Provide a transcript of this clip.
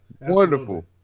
wonderful